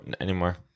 anymore